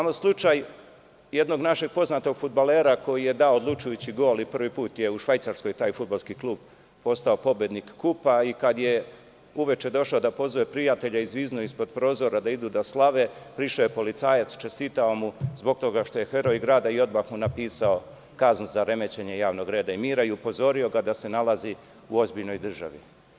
Imamo slučaj jednog našeg poznatog fudbalera, koji je dao odlučujući gol i prvi put je u Švajcarskoj taj fudbalski klub postao pobednik KUP-a i kada je uveče došao da pozove prijatelje, zviznuo ispod prozora da idu da slave, prišao je policajac, čestitao mu zbog toga što je heroj grada i odmah mu napisao kaznu za remećenje javnog reda i mira i upozorio ga da se nalazi u ozbiljnoj državi.